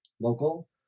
local